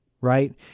right